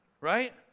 right